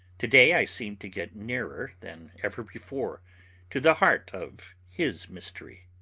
to-day i seemed to get nearer than ever before to the heart of his mystery.